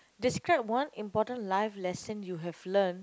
describe one important life lesson you have learn